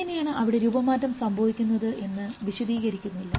എങ്ങനെയാണ് അവിടെ രൂപമാറ്റം സംഭവിക്കുന്നത് എന്ന് വിശദീകരിക്കുന്നില്ല